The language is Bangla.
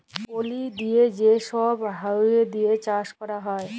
পলি দিঁয়ে যে ছব হাউয়া দিঁয়ে চাষ ক্যরা হ্যয়